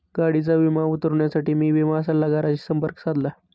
गाडीचा विमा उतरवण्यासाठी मी विमा सल्लागाराशी संपर्क साधला